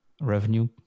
revenue